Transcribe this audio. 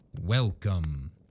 Welcome